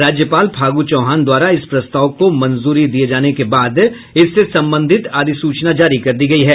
राज्यपाल फागू चौहान द्वारा इस प्रस्ताव को मंजूरी मिलने के बाद इससे संबंधित अधिसूचना जारी कर दी गयी है